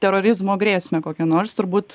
terorizmo grėsmę kokią nors turbūt